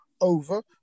over